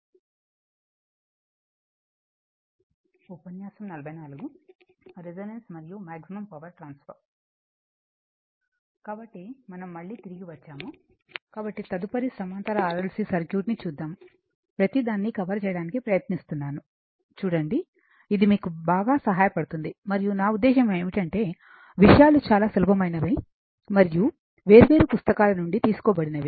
కాబట్టి మనం మళ్ళీ తిరిగి వచ్చాము కాబట్టి తదుపరి సమాంతర RLC సర్క్యూట్ ని చూద్దాము ప్రతి దాన్ని కవర్ చేయడానికి ప్రయత్నిస్తున్నాను చూడండి ఇది మీకు బాగా సహాయపడుతుంది మరియు నా ఉద్దేశ్యం ఏమిటంటే విషయాలు చాలా సులభమైనవి మరియు వేర్వేరు పుస్తకాల నుండి తీసుకోబడినవి